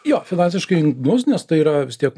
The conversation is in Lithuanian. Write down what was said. jo finansiškai imlus nes tai yra vis tiek